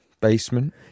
Basement